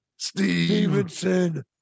Stevenson